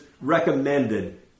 recommended